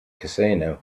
casino